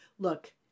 Look